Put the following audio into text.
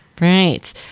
right